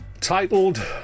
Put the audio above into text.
Titled